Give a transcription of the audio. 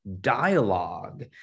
dialogue